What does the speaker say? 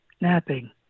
napping